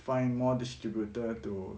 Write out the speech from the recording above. find more distributor to